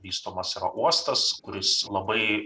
vystomas yra uostas kuris labai